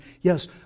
yes